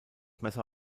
messer